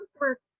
work